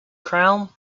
crown